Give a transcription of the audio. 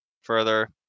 further